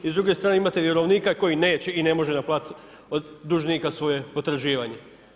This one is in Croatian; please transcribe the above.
I s druge strane imate vjerovnika koji neće i ne može naplatiti od dužnika svoje potraživanje.